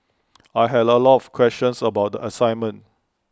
I had A lot of questions about the assignment